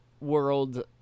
world